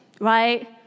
right